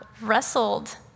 wrestled